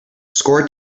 score